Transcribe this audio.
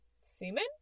Semen